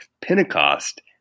Pentecost